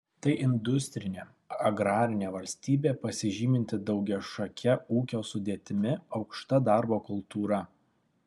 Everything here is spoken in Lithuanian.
tai industrinė agrarinė valstybė pasižyminti daugiašake ūkio sudėtimi aukšta darbo kultūra